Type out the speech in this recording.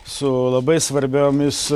su labai svarbiomis